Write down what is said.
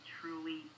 truly